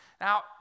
Now